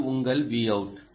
இது உங்கள் Vout